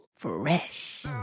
fresh